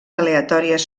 aleatòries